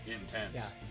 intense